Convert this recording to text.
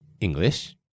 English